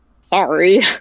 sorry